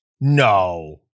no